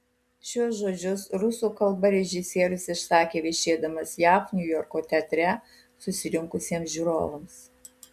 šiuos žodžius rusų kalba režisierius išsakė viešėdamas jav niujorko teatre susirinkusiems žiūrovams